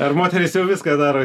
ar moterys jau viską daro